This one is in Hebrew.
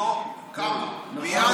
שממשלתו קמה, מייד